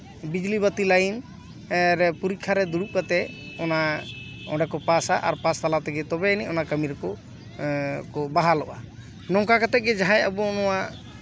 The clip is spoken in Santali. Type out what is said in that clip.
ᱵᱤᱡᱽᱞᱤ ᱵᱟᱹᱛᱤ ᱞᱟᱹᱭᱤᱱᱮ ᱯᱚᱨᱤᱠᱠᱷᱟ ᱨᱮ ᱫᱩᱲᱩᱵ ᱠᱟᱛᱮᱜ ᱚᱱᱟ ᱚᱸᱰᱮ ᱠᱚ ᱯᱟᱥᱟ ᱟᱨ ᱯᱟᱥ ᱛᱟᱞᱟᱛᱮ ᱛᱚᱵᱮ ᱟᱹᱱᱤᱡ ᱚᱱᱟ ᱠᱟᱹᱢᱤ ᱨᱮᱠᱚ ᱵᱟᱦᱟᱞᱚᱜᱼᱟ ᱱᱚᱝᱠᱟ ᱠᱟᱛᱮᱜ ᱜᱮ ᱡᱟᱦᱟᱸᱭ ᱟᱵᱚ ᱱᱚᱣᱟ